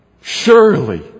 Surely